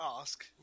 ask